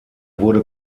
wurde